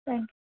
thank you